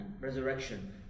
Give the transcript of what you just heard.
resurrection